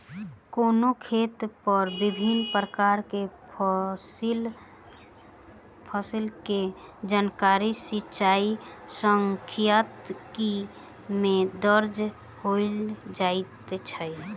कोनो खेत पर विभिन प्रकार के फसिल के जानकारी सिचाई सांख्यिकी में दर्ज होइत अछि